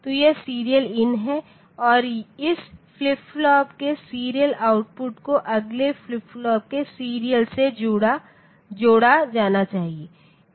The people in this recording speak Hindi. तो यह सीरियल इन है और इस फ्लिप फ्लॉप के सीरियल आउटपुट को अगले फ्लिप फ्लॉप के सीरियल से जोड़ा जाना चाहिए